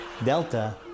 Delta